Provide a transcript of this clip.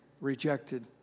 rejected